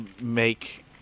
make